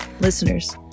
Listeners